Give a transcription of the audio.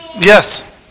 Yes